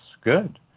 good